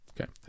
Okay